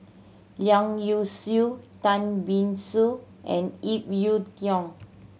Leong Yee Soo Tan See Boo and Ip Yiu Tung